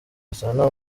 gasana